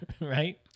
Right